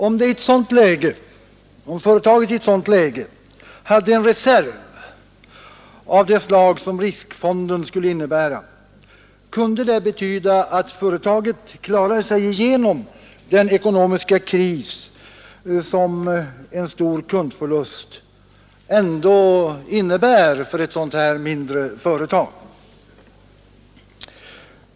Om företaget i ett sådant läge hade en reserv av det slag som riskfonden skulle innebära, kunde det betyda att det klarade sig igenom den ekonomiska kris som en stor kundförlust ändå måste medföra för ett sådant mindre företag.